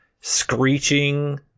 screeching